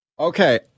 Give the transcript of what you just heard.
Okay